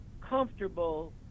comfortable